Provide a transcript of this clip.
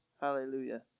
Hallelujah